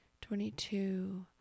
twenty-two